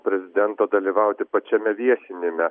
prezidento dalyvauti pačiame viešinime